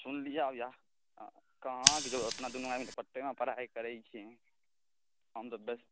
सुनलिए हँ कहाँ अपना दुनू गोटा तऽ पटनेमे पढ़ाइ करै छिए हम तऽ बस